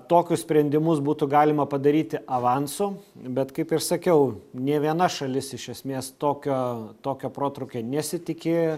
tokius sprendimus būtų galima padaryti avansu bet kaip ir sakiau nė viena šalis iš esmės tokio tokio protrūkio nesitikėjo